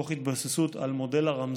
ההתבססות היא על מודל הרמזור,